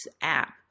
app